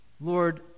Lord